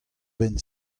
benn